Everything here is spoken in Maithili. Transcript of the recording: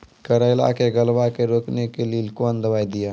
करेला के गलवा के रोकने के लिए ली कौन दवा दिया?